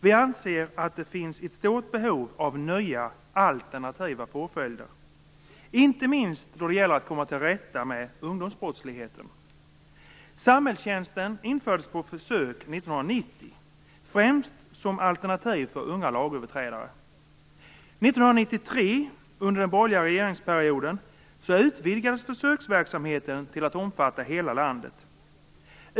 Vi anser att det finns ett stort behov av nya, alternativa påföljder - inte minst då det gäller att komma till rätta med ungdomsbrottsligheten. Samhällstjänst infördes på försök 1990, främst som alternativ för unga lagöverträdare. År 1993, under den borgerliga regeringsperioden, utvidgades försöksverksamheten till att omfatta hela landet.